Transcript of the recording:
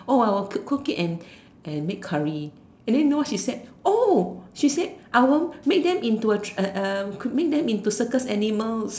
oh I I will cook it and and make curry and then know what she said oh she said I want make them into uh uh uh make them into circus animal